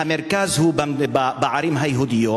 המרכז הוא בערים היהודיות,